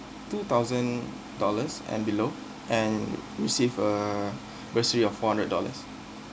two thousand dollars below and you'll receive uh receive your four hundred dollars